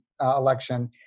election